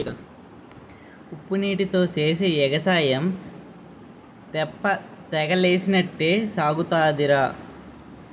ఉప్పునీటీతో సేసే ఎగసాయం తెప్పతగలేసినట్టే సాగుతాదిరా